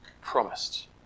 promised